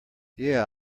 yeah